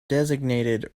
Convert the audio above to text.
designated